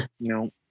No